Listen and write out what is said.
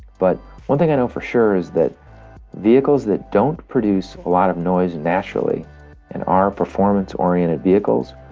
but one thing i know for sure is that vehicles that don't produce a lot of noise naturally and are performance oriented vehicles,